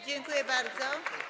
Dziękuję bardzo.